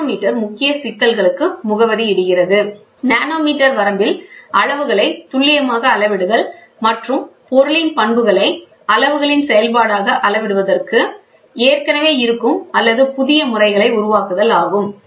nanometre முக்கிய சிக்கல்களுக்கு முகவரியிடுகிறது நானோமீட்டர் வரம்பில் அளவுகளை துல்லியமாக அளவிடுதல் மற்றும் பொருளின் பண்புகளை அளவுகளின் செயல்பாடாக அளவிடுவதற்கு ஏற்கனவே இருக்கும் அல்லது புதிய முறைகளை உருவாக்குதல் ஆகும்